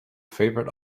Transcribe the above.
favourite